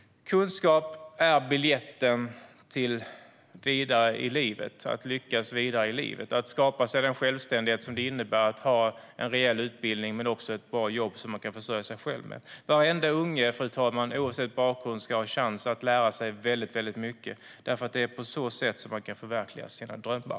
Kunskap är biljetten till att lyckas vidare i livet och skapa sig den självständighet som det innebär att ha en reell utbildning men också ett bra jobb som man kan försörja sig själv på. Varenda unge, fru talman, oavsett bakgrund, ska ha en chans att lära sig väldigt mycket. Det är på så sätt som man kan förverkliga sina drömmar.